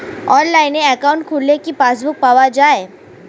অনলাইনে একাউন্ট খুললে কি পাসবুক পাওয়া যায়?